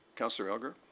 councillor elgar.